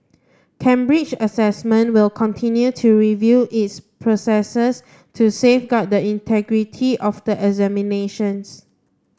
Cambridge Assessment will continue to review its processors to safeguard the integrity of the examinations